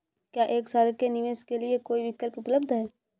क्या एक साल के निवेश के लिए कोई विकल्प उपलब्ध है?